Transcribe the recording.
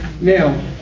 Now